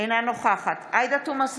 אינה נוכחת עאידה תומא סלימאן,